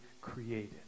created